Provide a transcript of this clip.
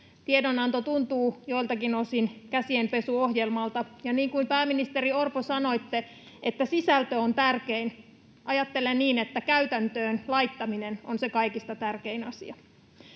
Tiedonanto tuntuu joiltakin osin käsienpesuohjelmalta, ja niin kuin sanoitte, pääministeri Orpo, sisältö on tärkein, mutta ajattelen niin, että käytäntöön laittaminen on se kaikista tärkein asia.